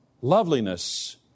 loveliness